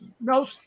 No